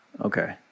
Okay